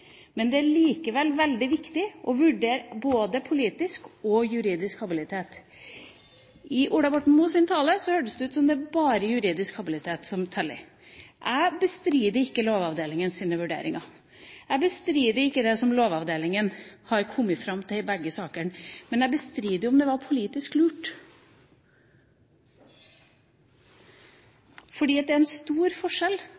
men det er likevel veldig viktig å vurdere både politisk og juridisk habilitet. I Ola Borten Moes tale hørtes det ut som om det bare er juridisk habilitet som teller. Jeg bestrider ikke Lovavdelingens vurderinger. Jeg bestrider ikke det Lovavdelingen har kommet fram til i begge disse sakene, men jeg bestrider om det var politisk